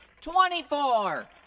twenty-four